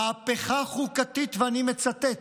מהפכה חוקתית, ואני מצטט: